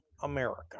America